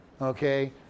Okay